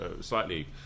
slightly